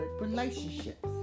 relationships